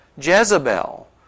Jezebel